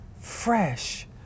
fresh